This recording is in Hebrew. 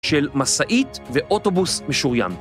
של משאית ואוטובוס משוריין